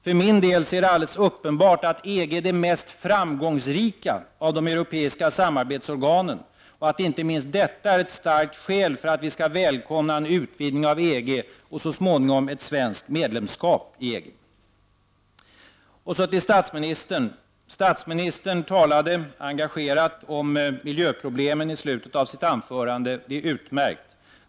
För min del är det alldeles uppenbart att EG är det mest framgångsrika av de europeiska samarbetsorganen, och att inte minst detta är ett starkt skäl för att vi skall välkomna en utvidgning av EG och så småningom ett svenskt medlemskap i EG. Statsministern talade engagerat om miljöproblemen i slutet av sitt anförande. Det är utmärkt.